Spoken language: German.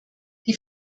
die